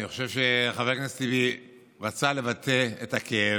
אני חושב שחבר הכנסת טיבי רצה לבטא את הכאב.